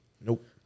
Nope